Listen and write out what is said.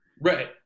Right